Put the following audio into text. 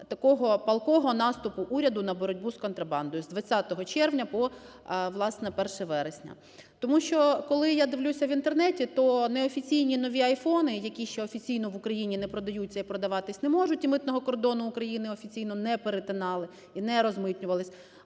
такого палкого наступу уряду на боротьбу з контрабандою з 20 червня по, власне, 1 вересня. Тому, що, коли я дивлюся в Інтернеті, то неофіційні нові "Айфони", які ще офіційно в Україні не продаються і продаватися не можуть, і митного кордону України офіційно не перетинали і не розмитнювались,